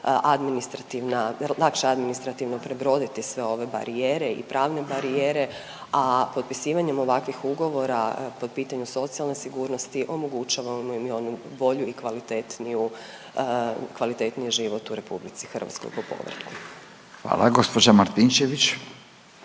administrativno prebroditi sve ove barijere i pravne barijere, a potpisivanjem ovakvih ugovora po pitanju socijalne sigurnosti omogućavamo im i onu bolju i kvalitetniju, kvalitetniji život u RH po povratku. **Radin, Furio